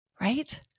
Right